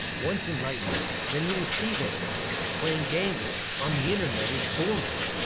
once enlightened, then you will see that playing games on the internet is boring.